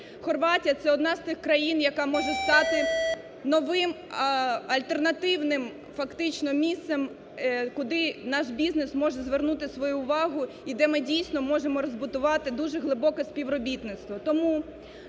Хорватія – це одна з тих країн, яка може стати новим альтернативним фактично місцем, куди наш бізнес може звернути свою увагу і де ми дійсно можемо розбудувати дуже глибоке співробітництво.